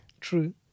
true